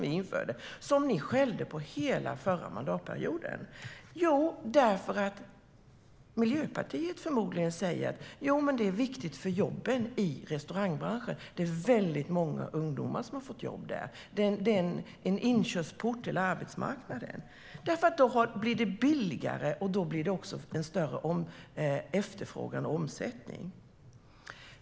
Vi införde den, och ni skällde på den under hela förra mandatperioden. Jo, ni behöll den därför att Miljöpartiet förmodligen säger att det är viktigt för jobben i restaurangbranschen. Det är väldigt många ungdomar som har fått jobb där; det är en inkörsport till arbetsmarknaden. Det blir nämligen billigare, och då blir det också en större efterfrågan och omsättning.